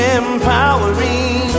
empowering